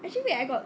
actually wait I got